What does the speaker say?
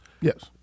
Yes